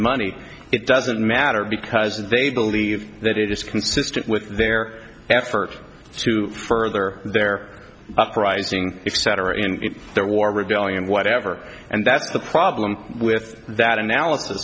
money it doesn't matter because they believe that it is consistent with their effort to further their uprising if sater in their war rebellion whatever and that's the problem with that analysis